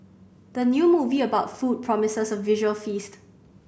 the new movie about food promises a visual feast